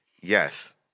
Yes